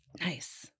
nice